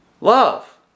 Love